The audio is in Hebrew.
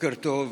בוקר טוב,